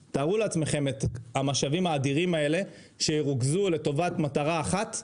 אבל תארו לעצמכם את המשאבים האדירים האלה שירוכזו לטובת מטרה אחת.